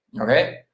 okay